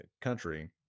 country